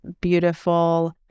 beautiful